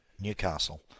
Newcastle